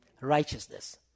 righteousness